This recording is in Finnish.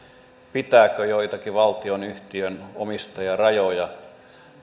pitääkö joitakin valtionyhtiöiden omistajarajoja